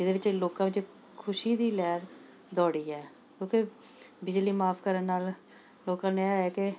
ਜਿਹਦੇ ਵਿੱਚ ਲੋਕਾਂ ਵਿੱਚ ਖੁਸ਼ੀ ਦੀ ਲਹਿਰ ਦੌੜੀ ਹੈ ਕਿਉਂਕਿ ਬਿਜਲੀ ਮਾਫ਼ ਕਰਨ ਨਾਲ ਲੋਕਾਂ ਨੇ ਹੈ ਕਿ